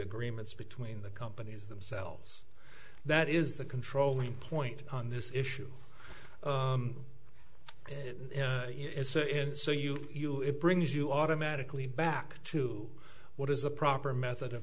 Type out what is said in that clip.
agreements between the companies themselves that is the controlling point on this issue it is so in so you you it brings you automatically back to what is the proper method of